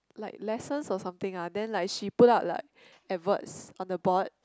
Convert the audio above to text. like lessons or something ah then like she put up like adverts on the board